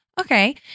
Okay